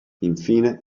infine